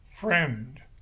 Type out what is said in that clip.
Friend